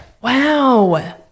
Wow